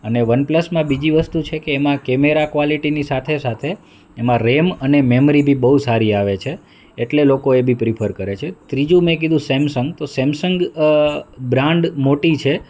અને વન પ્લસમાં બીજી વસ્તુ છે કે એમાં કેમેરા ક્વાલિટીની સાથે સાથે એમાં રેમ અને મેમરી બી બહુ સારી આવે છે એટલે લોકો એ બી પ્રીફર કરે છે ત્રીજું મે કીધું સેમસંગ તો સેમસંગ બ્રાન્ડ મોટી છે